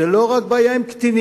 זו לא בעיה רק עם קטינים,